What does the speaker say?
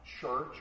church